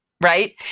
right